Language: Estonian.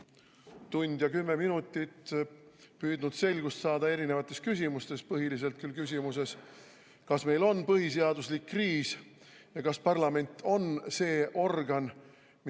tund ja kümme minutit püüdnud selgust saada erinevates küsimustes, põhiliselt küll küsimuses, kas meil on põhiseaduslik kriis ja kas parlament on see organ, mis